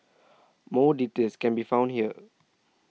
more details can be found here